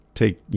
Take